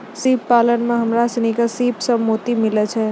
सिप पालन में हमरा सिनी के सिप सें मोती मिलय छै